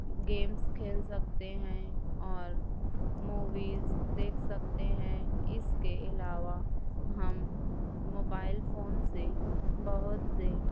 games کھیل سکتے ہیں اور موویز دیکھ سکتے ہیں اس کے علاوہ ہم موبائل فون سے بہت سے